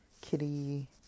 Kitty